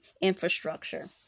Infrastructure